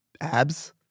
Abs